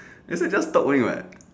that's why just talk only [what]